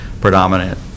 predominant